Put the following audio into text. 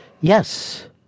Yes